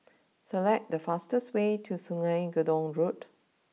select the fastest way to Sungei Gedong Road